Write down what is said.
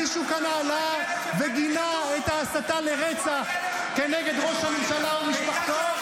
מישהו כאן עלה וגינה את ההסתה לרצח נגד ראש הממשלה ומשפחתו?